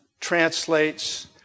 translates